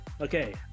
Okay